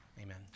amen